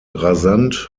rasant